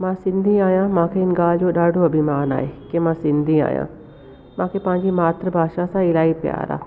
मां सिंधी आहियां मूंखे हिन ॻाल्हि जो ॾाढो अभिमानु आहे की मां सिंधी आहियां मूंखे पंहिंजी मातृभाषा सां इलाही प्यारु आहे